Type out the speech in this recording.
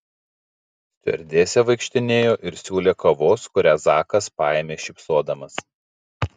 stiuardesė vaikštinėjo ir siūlė kavos kurią zakas paėmė šypsodamas